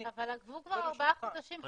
אבל עברו כבר ארבעה חודשים,